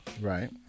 Right